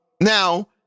Now